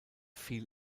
fiel